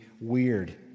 weird